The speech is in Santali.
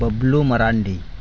ᱵᱟᱹᱵᱽᱞᱩ ᱢᱟᱨᱟᱱᱰᱤ